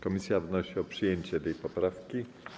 Komisja wnosi o przyjęcie tej poprawki.